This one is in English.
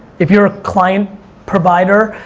if you're a client provider,